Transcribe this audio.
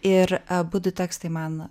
ir abudu tekstai man